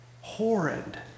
horrid